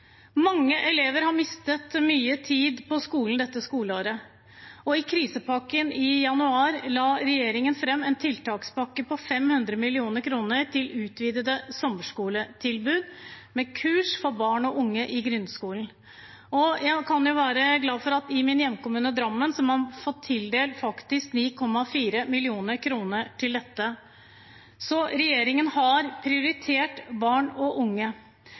Mange elever har mistet mye tid på skolen dette skoleåret. I krisepakken i januar la regjeringen fram en tiltakspakke på 500 mill. kr til utvidede sommerskoletilbud med kurs for barn og unge i grunnskolen. Jeg kan være glad for at i min hjemkommune, Drammen, har man faktisk fått tildelt 9,4 mill. kr til dette. Så regjeringen har prioritert barn og unge.